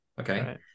okay